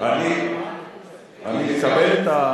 אני מקבל את,